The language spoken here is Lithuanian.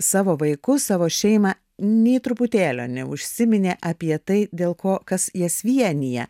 savo vaikus savo šeimą nei truputėlio neužsiminė apie tai dėl ko kas jas vienija